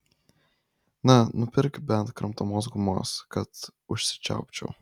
na nupirk bent kramtomos gumos kad užsičiaupčiau